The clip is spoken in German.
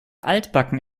altbacken